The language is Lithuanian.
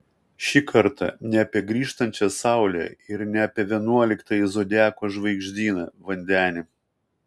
šį kartą ne apie grįžtančią saulę ir ne apie vienuoliktąjį zodiako žvaigždyną vandenį